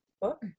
book